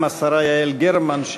גם השרה יעל גרמן,